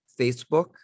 facebook